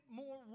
more